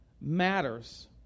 matters